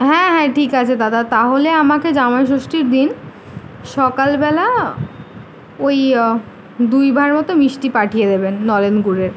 হ্যাঁ হ্যাঁ ঠিক আছে দাদা তাহলে আমাকে জামাইষষ্ঠীর দিন সকালবেলা ওই দুই ভাঁড় মতো মিষ্টি পাঠিয়ে দেবেন নলেনগুড়ের